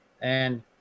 And-